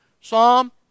Psalm